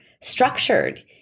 structured